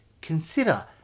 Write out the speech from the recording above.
Consider